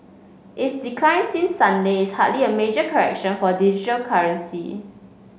its decline since Sunday is hardly a major correction for digital currency